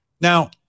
Now